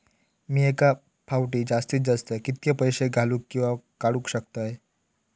मी एका फाउटी जास्तीत जास्त कितके पैसे घालूक किवा काडूक शकतय?